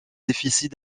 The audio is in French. déficit